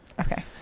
Okay